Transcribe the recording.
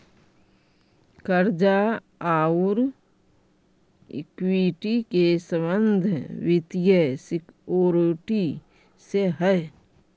कर्जा औउर इक्विटी के संबंध वित्तीय सिक्योरिटी से हई